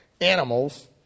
animals